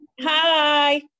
Hi